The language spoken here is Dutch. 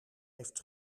heeft